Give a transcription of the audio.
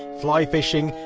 fly fishing,